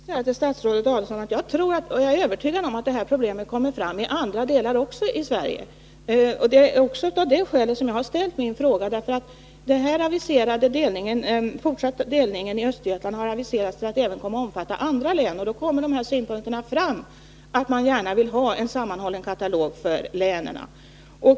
Herr talman! Jag vill säga till statsrådet Adelsohn att jag är övertygad om att det här problemet kommer att uppstå även i andra delar av Sverige. Det är också av det skälet som jag har ställt min fråga. Det har nämligen aviserats att motsvarande delning kommer att ske även i andra län. Då framkommer önskemålet att man gärna vill ha en sammanhållen katalog för länen.